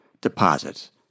deposits